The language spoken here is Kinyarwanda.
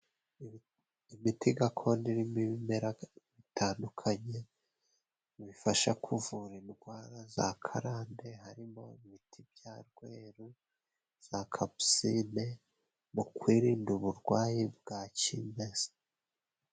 Imiti gakondo irimo ibimera bitandukanye, bifasha kuvura indwara za karande harimo ibiti bya Rweru, za Kapusini, mu kwirinda uburwayi bwa cimeza.